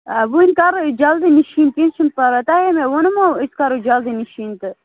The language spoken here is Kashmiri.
آ ؤنۍ کرو أسۍ جلدی نِشیٖن کیٚنہہ چھُنہٕ پَرواے تۄہے مےٚ ووٚنمو أسۍ کرو جلدی نِشیٖن تہٕ